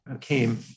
came